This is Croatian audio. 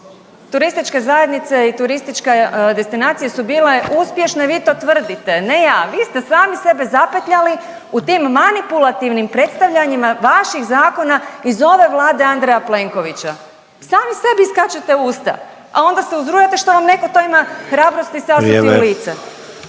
Turističke zajednice i turistička destinacije su bile uspješne, vi to tvrdite, ne ja, vi ste sami sebe zapetljali u tim manipulativnim predstavljanjima vaših zakona iz ove vlade Andreja Plenkovića. Sami sabi skačete u usta, a onda se uzrujate što vam netko to ima hrabrosti sasuti u lice.